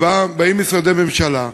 באים משרדי הממשלה,